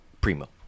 primo